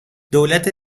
دولت